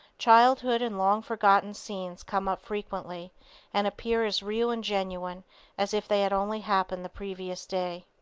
childhood and long-forgotten scenes come up frequently and appear as real and genuine as if they had only happened the previous day.